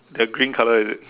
the green colour is it